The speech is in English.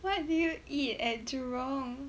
what do you eat at jurong